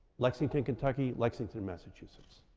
lexington, kentucky, lexington, massachusetts.